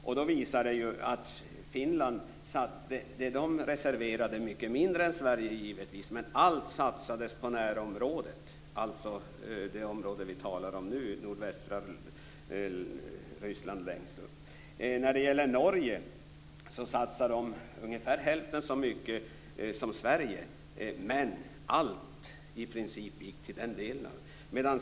Den visar att Finland reserverade mycket mindre än Sverige men att allt satsades på närområdet, dvs. det område som vi nu talar om, nordvästra Ryssland. Norge satsade ungefär hälften så mycket som Sverige, men i princip allt gick till den delen.